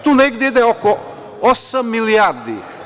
Tu negde ide oko osam milijardi.